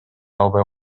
албай